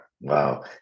Wow